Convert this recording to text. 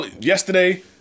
yesterday